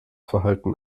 verhalten